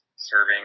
serving